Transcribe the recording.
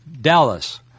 Dallas